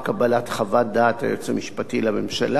הדעת של היועץ המשפטי לממשלה על הדוח.